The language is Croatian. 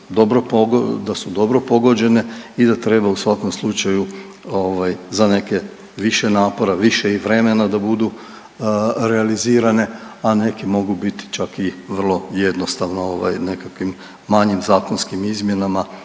da su dobro pogođene i da treba u svakom slučaju ovaj za neke više napora, više i vremena da budu realizirane, a neke mogu biti čak i vrlo jednostavno ovaj nekakvim manjim zakonskim izmjenama